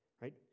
right